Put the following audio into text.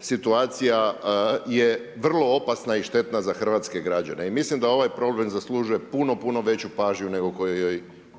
situacija je vrlo opasna i štetna za hrvatske građane. Mislim da ovaj problem zaslužuje puno puno veću pažnju nego